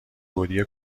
گودی